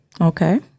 Okay